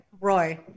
Roy